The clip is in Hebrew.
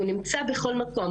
הוא נמצא בכל מקום,